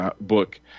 book